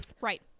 Right